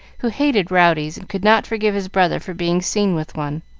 who hated rowdies and could not forgive his brother for being seen with one.